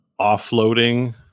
offloading